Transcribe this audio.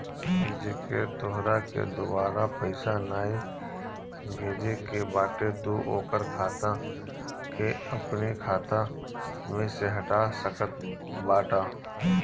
जेके तोहरा के दुबारा पईसा नाइ भेजे के बाटे तू ओकरी खाता के अपनी खाता में से हटा सकत बाटअ